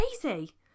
crazy